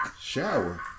Shower